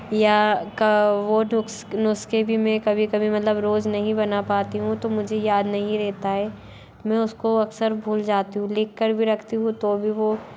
या क वह नु नुस्खे भी मैं कभी कभी मतलब रोज़ नहीं बना पाती हूँ तो मुझे याद नहीं रहता है मैं उसको अक्सर भूल जाती हूँ लिख कर भी रखती हूँ तो भी वह